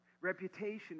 Reputation